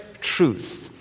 truth